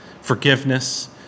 forgiveness